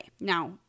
Now